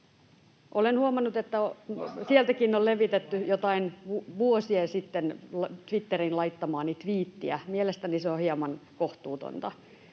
Olen huomannut, että sieltäkin on levitetty joitain vuosia sitten Twitteriin laittamaani tviittiä. Mielestäni se on hieman kohtuutonta.